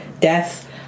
death